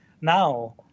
now